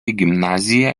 gimnaziją